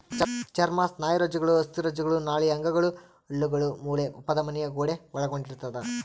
ಚರ್ಮ ಸ್ನಾಯುರಜ್ಜುಗಳು ಅಸ್ಥಿರಜ್ಜುಗಳು ನಾಳೀಯ ಅಂಗಗಳು ಹಲ್ಲುಗಳು ಮೂಳೆ ಅಪಧಮನಿಯ ಗೋಡೆ ಒಳಗೊಂಡಿರ್ತದ